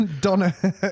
Donna